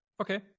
Okay